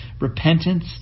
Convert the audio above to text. repentance